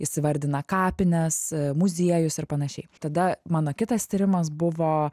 jis įvardina kapines muziejus ir panašiai tada mano kitas tyrimas buvo